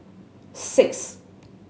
six